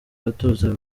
batoza